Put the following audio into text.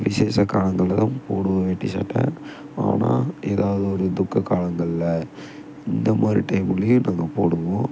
விஷேச காலங்களில் தான் போடுவோம் வேட்டி சட்டை ஆனால் எதாவது ஒரு துக்க காலங்களில் இந்தமாதிரி டைமுலையும் நாங்கள் போடுவோம்